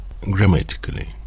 grammatically